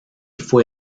fue